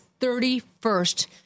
31st